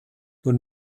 nun